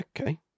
Okay